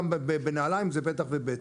ובנעליים זה בטח ובטח.